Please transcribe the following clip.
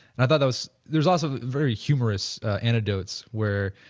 and i thought that was, there is also very humorous antidotes where